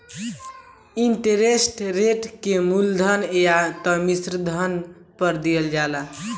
interest rate के मूलधन या त मिश्रधन पर दियाला